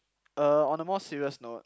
uh on a more serious note